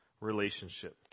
relationship